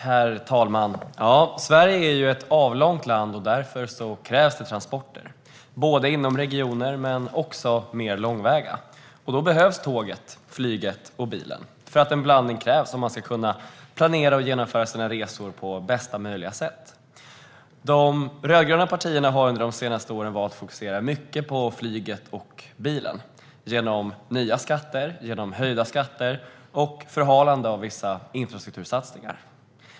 Herr talman! Sverige är ett avlångt land, och därför krävs det transporter både inom regioner och mer långväga. Då behövs tåget, flyget och bilen. En blandning krävs om man ska kunna planera och genomföra sina resor på bästa möjliga sätt. De rödgröna partierna har under de senaste åren valt att fokusera mycket på flyget och bilen genom nya skatter, genom höjda skatter och genom förhalande av vissa infrastruktursatsningar.